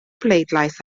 bleidlais